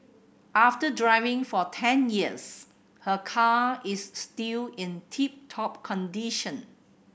after driving for ten years her car is still in tip top condition